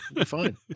fine